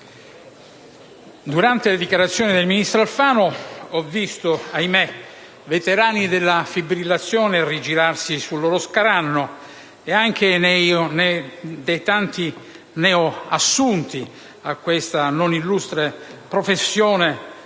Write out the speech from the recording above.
durante le dichiarazioni del ministro Alfano ho visto, ahimè, veterani della fibrillazione rigirarsi sul loro scranno ed anche i tanti neoassunti a questa non illustre professione